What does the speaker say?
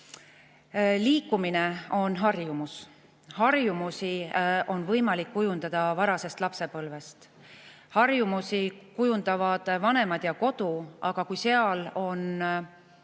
Liikumine on harjumus. Harjumusi on võimalik kujundada varasest lapsepõlvest. Harjumusi kujundavad vanemad ja kodu, aga kui seal on